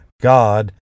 God